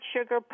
sugar